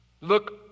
Look